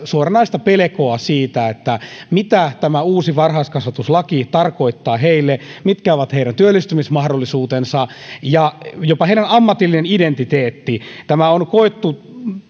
suoranaista pelkoa siitä mitä tämä uusi varhaiskasvatuslaki tarkoittaa heille mitkä ovat heidän työllistymismahdollisuutensa ja jopa heidän ammatillinen identiteettinsä tämä on koettu